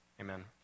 Amen